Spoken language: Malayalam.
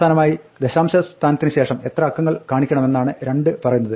അവസാനമായി ദശാംശസ്ഥാനത്തിന് ശേഷം എത്ര അക്കങ്ങൾ കാണിക്കണമെന്നാണ് 2 പറയുന്നത്